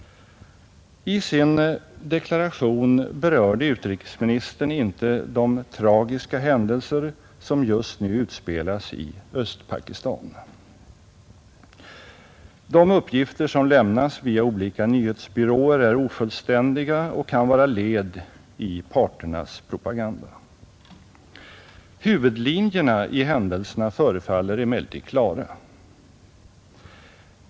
I sin deklaration berörde utrikesministern inte de tragiska händelser som just nu utspelas i Östpakistan. De uppgifter som lämnas via olika nyhetsbyråer är ofullständiga och kan vara led i parternas propaganda, Huvudlinjerna i de händelserna förefaller emellertid klara.